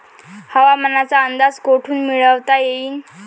हवामानाचा अंदाज कोठून मिळवता येईन?